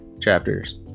chapters